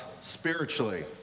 spiritually